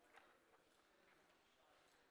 חברי הכנסת,